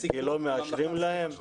כי לא מאשרים להם?